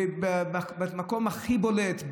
זה במקום הכי בולט,